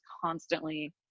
constantly